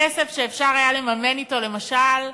כסף שאפשר היה לממן בו, למשל,